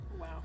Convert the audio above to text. Wow